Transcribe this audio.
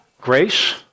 Grace